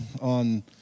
on